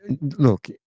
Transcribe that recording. look